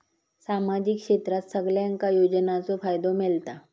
सामाजिक क्षेत्रात सगल्यांका योजनाचो फायदो मेलता?